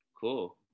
cool